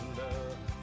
love